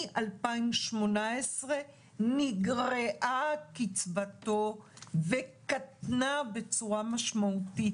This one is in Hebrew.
מ-2018 נגרעה קצבתו וקטנה בצורה משמעותית.